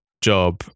job